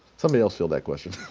somebody else field that question.